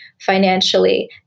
financially